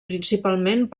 principalment